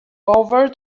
over